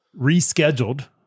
rescheduled